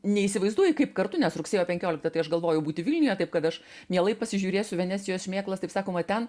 neįsivaizduoji kaip kartu nes rugsėjo penkioliktą tai aš galvoju būti vilniuje taip kad aš mielai pasižiūrėsiu venecijos šmėklas taip sakoma ten